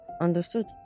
Understood